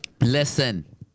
Listen